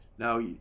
Now